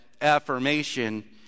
affirmation